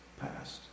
past